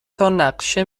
تانقشه